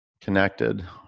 connected